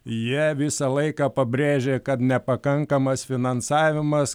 jie visą laiką pabrėžia kad nepakankamas finansavimas